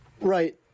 Right